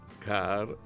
car